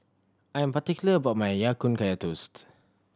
I am particular about my Ya Kun Kaya Toast